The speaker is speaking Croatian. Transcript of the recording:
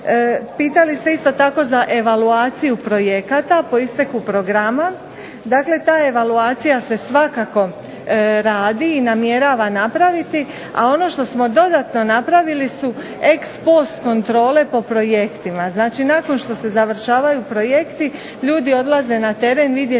Pitali ste isto tako za evaluaciju projekata po isteku programa. Dakle, ta evaluacija se svakako radi i namjerava napraviti. A ono što smo dodatno napravili su ex-post kontrole po projektima. Znači, nakon što se završavaju projekti ljudi odlaze na teren vidjeti